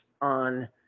on